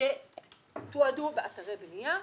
שתועדו באתרי בנייה,